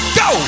go